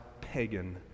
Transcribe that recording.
pagan